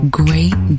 great